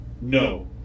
No